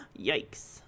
yikes